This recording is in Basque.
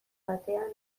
batean